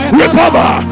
recover